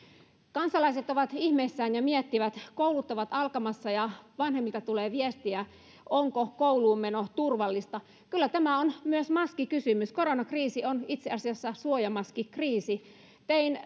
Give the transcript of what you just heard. kansalaiset ovat ihmeissään ja miettivät koulut ovat alkamassa ja vanhemmilta tulee viestiä onko kouluunmeno turvallista kyllä tämä on myös maskikysymys koronakriisi on itse asiassa suojamaskikriisi tein